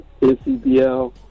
NCBL